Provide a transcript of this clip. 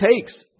takes